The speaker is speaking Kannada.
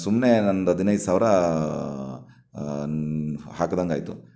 ಸುಮ್ಮನೆ ನಂದು ಹದಿನೈದು ಸಾವಿರ ಹಾಕ್ದಂಗೆ ಆಯಿತು